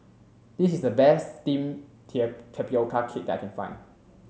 this is the best steam tapioca cake that I can find